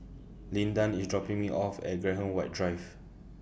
Lyndon IS dropping Me off At Graham White Drive